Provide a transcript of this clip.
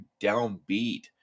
downbeat